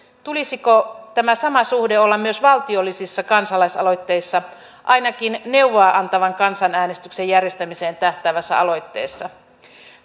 tulisiko tämä sama suhde olla myös valtiollisissa kansalaisaloitteissa ainakin neuvoa antavan kansanäänestyksen järjestämiseen tähtäävässä aloitteessa